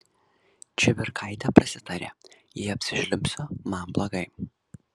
čibirkaitė prasitarė jei apsižliumbsiu man blogai